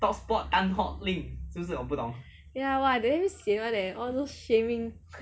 ya !wah! damn 闲 one eh all those shaming